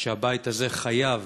שהבית הזה חייב